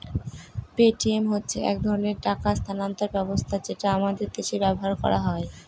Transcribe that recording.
Paytm হচ্ছে এক ধরনের টাকা স্থানান্তর ব্যবস্থা যেটা আমাদের দেশে ব্যবহার করা হয়